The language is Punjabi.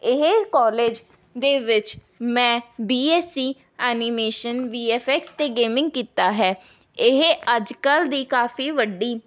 ਇਹ ਕੌਲਜ ਦੇ ਵਿੱਚ ਮੈਂ B Sc animation V F X ਅਤੇ ਗੇਮਿੰਗ ਕੀਤਾ ਹੈ ਇਹ ਅੱਜ ਕੱਲ੍ਹ ਦੀ ਕਾਫ਼ੀ ਵੱਡੀ